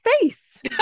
face